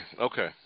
okay